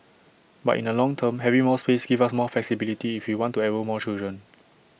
but in the long term having more space gives us more flexibility if you want to enrol more children